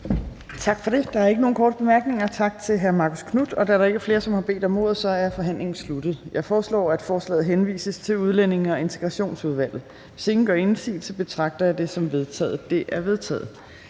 Tak for det. Der er ikke nogen korte bemærkninger. Tak til hr. Marcus Knuth. Da der ikke er flere, der har bedt om ordet, er forhandlingen sluttet. Jeg foreslår, at forslaget henvises til Udlændinge- og Integrationsudvalget. Hvis ingen gør indsigelse, betragter jeg dette som vedtaget. Det er vedtaget.